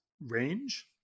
range